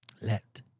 let